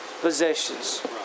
possessions